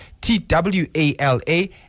t-w-a-l-a